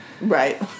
Right